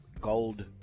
gold